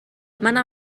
منم